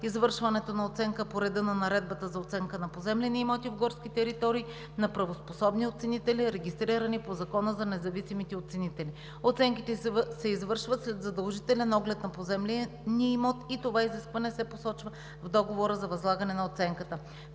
извършването на оценка по реда на Наредбата за оценка на поземлени имоти в горски територии на правоспособни оценители, регистрирани по Закона за независимите оценители. Оценките се извършват след задължителен оглед на поземления имот и това изискване се посочва в договора за възлагане на оценката.